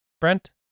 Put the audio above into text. Brent